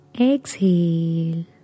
Exhale